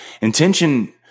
Intention